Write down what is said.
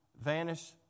vanish